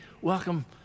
welcome